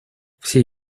все